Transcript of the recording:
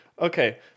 Okay